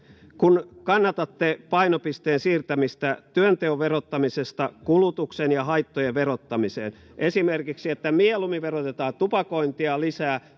kun kannatatte painopisteen siirtämistä työnteon verottamisesta kulutuksen ja haittojen verottamiseen esimerkiksi että mieluummin verotetaan tupakointia lisää